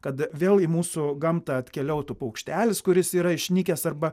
kad vėl į mūsų gamtą atkeliautų paukštelis kuris yra išnykęs arba